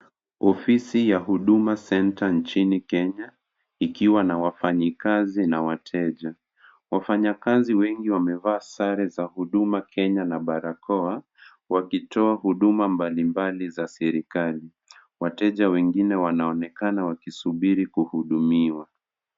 Ofisi ya Huduma Centre, nchini Kenya, ikiwa na wafanyikazi na wateja. Wafanyakazi wengi wamevaa sare za Huduma Kenya na barakoa, wakitoa huduma mbalimbali za serikali. Wateja wengine wanaonekana wakisubiri kuhudumiwa.